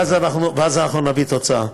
ואז אנחנו נביא תוצאה.